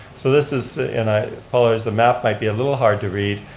so this is, and i apologize, the map might be a little hard to read,